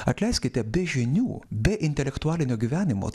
atleiskite be žinių be intelektualinio gyvenimo